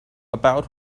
about